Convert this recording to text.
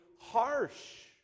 harsh